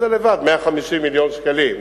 אז זה לבד 150 מיליון שקלים.